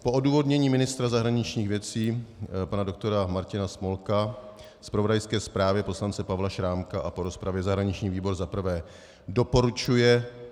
Po odůvodnění ministra zahraničních věcí pana doktora Martina Smolka, zpravodajské zprávě poslance Pavla Šrámka a po rozpravě zahraniční výbor za prvé doporučuje